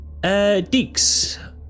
Deeks